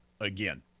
again